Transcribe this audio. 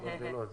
אבל זה לא זה.